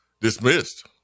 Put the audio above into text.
dismissed